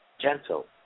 gentle